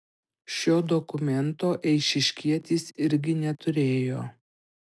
šio dokumento eišiškietis irgi neturėjo